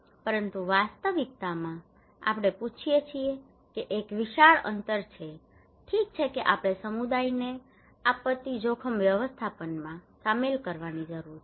પરંતુ વાસ્તવિકતામાં આપણે પૂછીએ છીએ કે એક વિશાળ અંતર છે ઠીક છે કે આપણે સમુદાયને આપત્તિ જોખમ વ્યવસ્થાપનમાં સામેલ કરવાની જરૂર છે